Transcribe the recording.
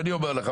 ואני אומר לך,